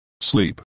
Sleep